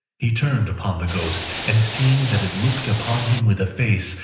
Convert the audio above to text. he turned upon the ghost, and seeing that it looked upon him with a face,